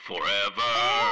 Forever